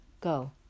Go